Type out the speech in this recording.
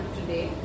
today